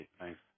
Thanks